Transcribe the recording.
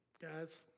Guys